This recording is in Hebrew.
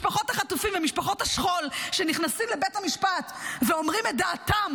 משפחות החטופים ומשפחות השכול שנכנסות לבית המשפט ואומרות את דעתן